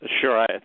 Sure